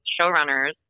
showrunners